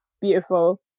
beautiful